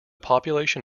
population